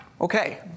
Okay